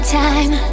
time